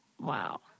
Wow